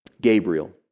Gabriel